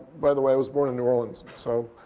by the way, i was born in new orleans. so